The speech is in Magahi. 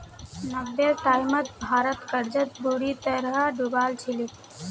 नब्बेर टाइमत भारत कर्जत बुरी तरह डूबाल छिले